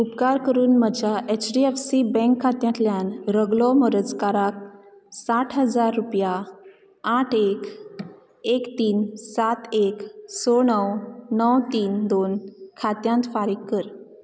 उपकार करून म्हज्या H D F C bank खात्यांतल्यान रगलो मोरजकाराक साठ हजार रुपया आठ एक एक तीन सात एक स णव णव तीन दोन खात्यांत फारीक कर